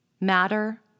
matter